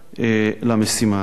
למשימה הזאת.